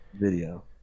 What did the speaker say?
video